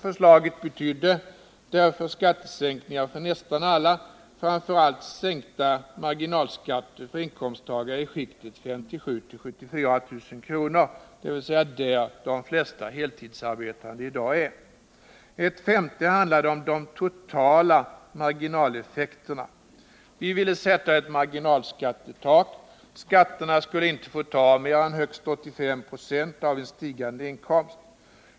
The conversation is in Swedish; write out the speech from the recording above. Förslaget betydde därför skattesänkningar för nästan alla, framför allt sänkta marginalskatter för inkomsttagare i skiktet 57 000-74 000 kr., dvs. där de flesta heltidsarbetande i dag befinner sig. En femte handlade om de totala marginaleffekterna. Vi ville sätta ett marginalskattetak — skatterna skulle inte få ta mer än högst 85 26 av en stigande inkomst.